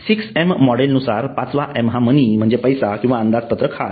6Ms model नुसार 5 वा M हा मनी म्हणजे पैसा किंवा अंदाजपत्रक हा आहे